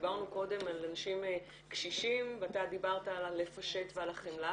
דיברנו קודם על אנשים קשישים ואתה דיברת על הלפשט ועל החמלה,